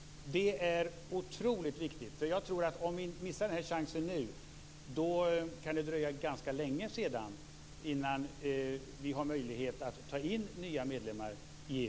Det är otroligt viktigt. Om vi missar denna chans nu, då kan det dröja ganska länge innan vi har möjlighet att ta in nya medlemmar i EU.